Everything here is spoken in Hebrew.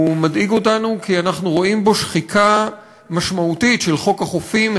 הוא מדאיג אותנו כי אנחנו רואים בו שחיקה משמעותית של חוק החופים,